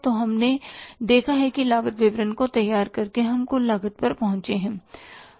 तो हमने देखा है कि लागत विवरण को तैयार करके हम कुल लागत पर पहुंचते हैं